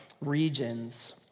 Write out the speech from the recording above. regions